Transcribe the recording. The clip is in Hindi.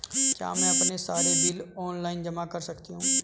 क्या मैं अपने सारे बिल ऑनलाइन जमा कर सकती हूँ?